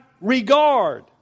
regard